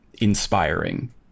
inspiring